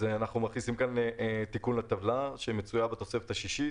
אנחנו מכניסים כאן תיקון לטבלה שמצויה בתוספת השישית.